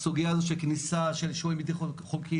הסוגיה הזאת של כניסה של שוהים בלתי חוקיים,